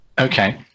Okay